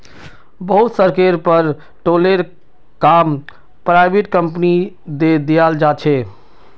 बहुत सड़केर पर टोलेर काम पराइविट कंपनिक दे दियाल जा छे